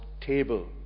table